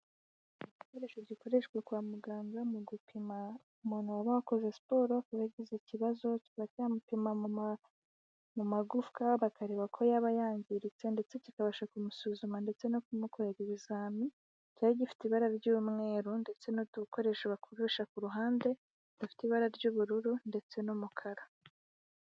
Igikoresho gikoreshwa kwa muganga, mu gupima umuntu waba wakoze siporo, akaba yagize ikibazo kikaba cyamupima mu magufwa, bakareba ko yaba yangiritse, ndetse kikabasha kumusuzuma ndetse no kumukorera ibizamini, kikaba gifite ibara ry'umweru ndetse n'udukoresho bakoresha, ku ruhande rufite ibara ry'ubururu ndetse n'umukara.